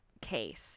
case